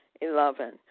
Eleven